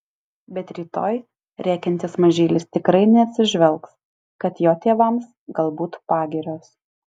bet rytoj rėkiantis mažylis tikrai neatsižvelgs kad jo tėvams galbūt pagirios